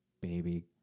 baby